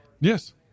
Yes